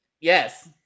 Yes